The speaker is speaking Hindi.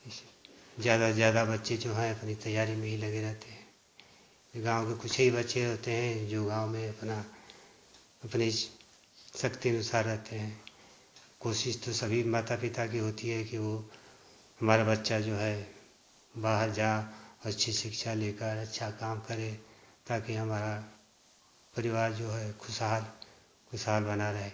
इसलिए तो ज़्यादा से ज़्यादा बच्चे जो हैं अपनी तैयारी में ही लगे रहते हैं गाँव के कुछ ही बच्चे होते हैं जो गाँव में अपना अपने शक्ति अनुसार रहते हैं कोशिश तो सभी माता पिता की होती है कि वो हमारा बच्चा जो है बाहर जा अच्छे शिक्षा लेकर अच्छा काम करे ताकि हमारा परिवार जो है ओ खुशहाल खुशहाल बना रहे